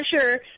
sure